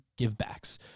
givebacks